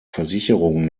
versicherung